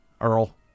Earl